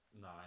No